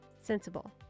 sensible